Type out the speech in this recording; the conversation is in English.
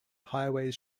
highways